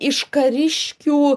iš kariškių